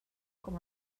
com